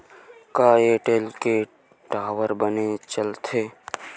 का एयरटेल के टावर बने चलथे?